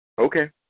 Okay